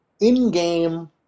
in-game